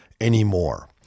anymore